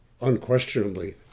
unquestionably